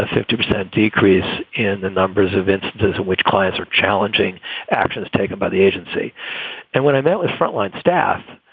fifty percent decrease in the numbers of instances in which clients are challenging actions taken by the agency and when i met with frontline staff,